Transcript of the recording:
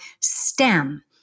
STEM